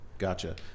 Gotcha